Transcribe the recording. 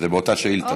זה באותה שאילתה.